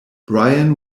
brian